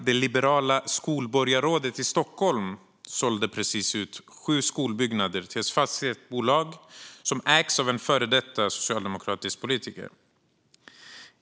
Det liberala skolborgarrådet i Stockholm sålde precis ut sju skolbyggnader till ett fastighetsbolag som ägs av en före detta socialdemokratisk politiker.